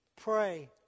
pray